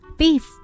beef